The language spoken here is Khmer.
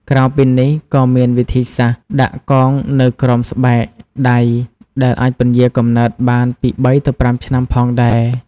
ក្រៅពីនេះ ក៏មានវិធីសាស្ត្រដាក់កងនៅក្រោមស្បែកដៃដែលអាចពន្យារកំណើតបានពី ៣ ទៅ ៥ ឆ្នាំផងដែរ។